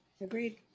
agreed